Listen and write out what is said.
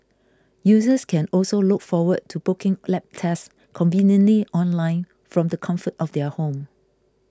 users can also look forward to booking lab tests conveniently online from the comfort of their home